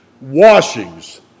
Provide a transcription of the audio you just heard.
washings